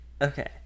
Okay